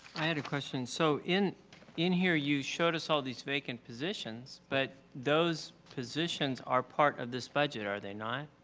i had a question. so in in here you showed us all these vacant positions but those positions are part of this budget, are they not?